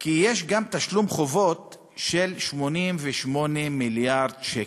כי יש גם תשלום חובות של 88 מיליארד שקלים.